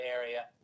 area